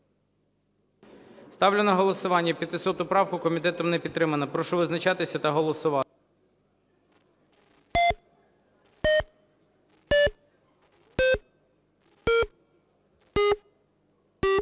Ставлю на голосування 510 правку. Комітет не підтримав. Прошу визначатись та голосувати.